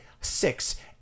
six